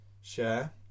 share